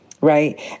Right